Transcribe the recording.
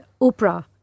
Oprah